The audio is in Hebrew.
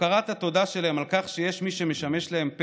הכרת התודה שלהם על כך שיש מי שמשמש להם פה,